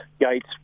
gates